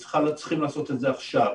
צריכים לעשות את זה עכשיו.